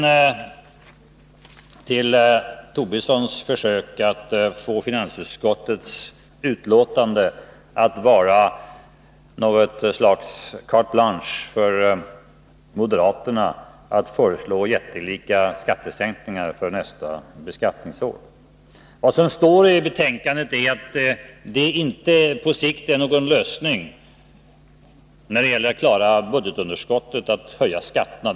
Så till Lars Tobissons försök att få finansutskottets betänkande att vara något slags carte blanche för moderaterna att föreslå jättelika skattesänkningar för nästa beskattningsår. Vad som står i betänkandet är att det när det gäller att klara budgetunderskottet på sikt inte är någon lösning att höja skatterna.